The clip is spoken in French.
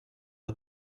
pas